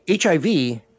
HIV